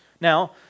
Now